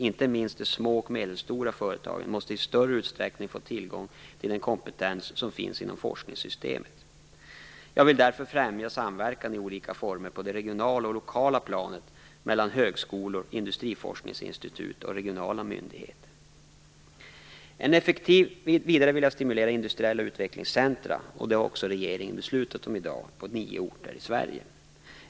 Inte minst de små och medelstora företagen måste i större utsträckning få tillgång till den kompetens som finns inom forskningssystemet. Jag vill därför främja samverkan i olika former på det regionala och lokala planet mellan högskolor, industriforskningsinstitut och regionala myndigheter. Vidare vill jag stimulera industriella utvecklingscentrum. Sådana har också regeringen beslutat om i dag på nio orter i Sverige.